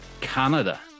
canada